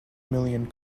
million